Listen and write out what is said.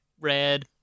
red